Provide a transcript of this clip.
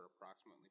approximately